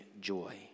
joy